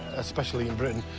especially in britain,